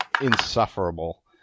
insufferable